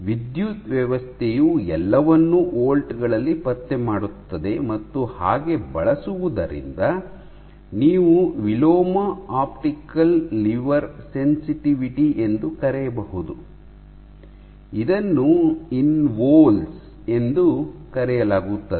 ವಿದ್ಯುತ್ ವ್ಯವಸ್ಥೆಯು ಎಲ್ಲವನ್ನೂ ವೋಲ್ಟ್ ಗಳಲ್ಲಿ ಪತ್ತೆ ಮಾಡುತ್ತದೆ ಮತ್ತು ಹಾಗೆ ಬಳಸುವುದರಿಂದ ನೀವು ವಿಲೋಮ ಆಪ್ಟಿಕಲ್ ಲಿವರ್ ಸೆನ್ಸಿಟಿವಿಟಿ ಎಂದು ಕರೆಯಬಹುದು ಇದನ್ನು ಇನ್ವಾಲ್ಸ್ ಎಂದು ಕರೆಯಲಾಗುತ್ತದೆ